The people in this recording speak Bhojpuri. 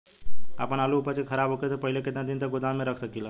आपन आलू उपज के खराब होखे से पहिले केतन दिन तक गोदाम में रख सकिला?